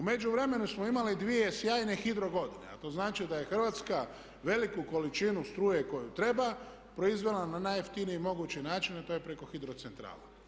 U međuvremenu smo imali dvije sjajne hidro godine, a to znači da je Hrvatska veliku količinu struje koju treba proizvela na najjeftiniji mogući način, a to je preko hidro centrale.